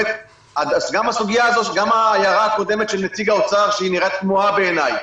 גם ההערה הקודמת של נציג האוצר נראית תמוהה בעיניי.